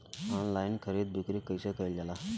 Online खरीद बिक्री कइसे कइल जाला?